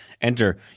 enter